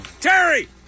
Terry